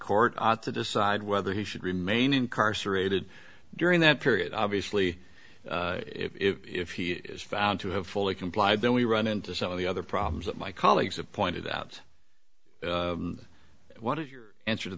court to decide whether he should remain incarcerated during that period obviously if he is found to have fully complied then we run into some of the other problems that my colleagues have pointed out what is your answer to